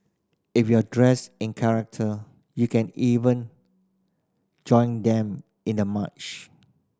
if you're dressed in character you can even join them in the march